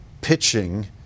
pitching